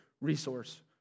resource